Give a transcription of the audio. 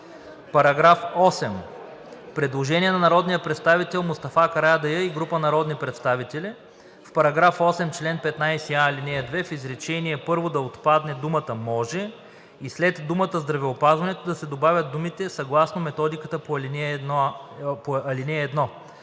По § 8 има предложение на народния представител Мустафа Карадайъ и група народни представители: „В параграф 8, чл. 15а, ал. 2 в изречение първо да отпадне думата „може“ и след думата здравеопазването да се добавят думите „съгласно методиката по ал.